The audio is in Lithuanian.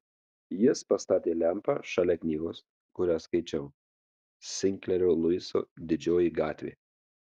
jis pastatė lempą šalia knygos kurią skaičiau sinklerio luiso didžioji gatvė